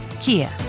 Kia